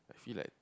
I feel like